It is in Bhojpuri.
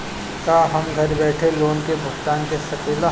का हम घर बईठे लोन के भुगतान के शकेला?